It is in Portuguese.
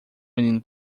menino